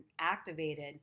activated